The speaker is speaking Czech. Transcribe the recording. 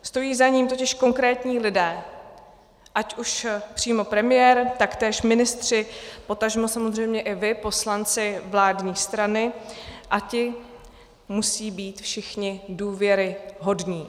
Stojí za ním totiž konkrétní lidé, ať už přímo premiér, taktéž ministři, potažmo samozřejmě i vy, poslanci vládní strany, a ti musí být všichni důvěryhodní.